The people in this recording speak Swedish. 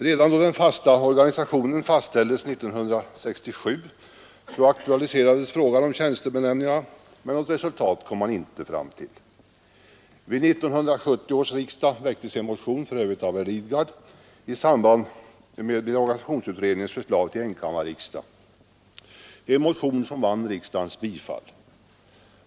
Redan då den fasta organisationen bes 1967 aktualiserades frågan om tjänstebenämningarna, men något resultat kom man inte fram till. Vid 1970 års riksdag väcktes en motion — för Övrigt av herr Lidgard — i samband med organisationsutredningens förslag till enkammarriksdag, och denna motion vann riksdagens bifall.